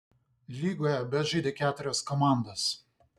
lygoje bežaidė keturios komandos